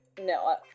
No